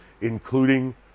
including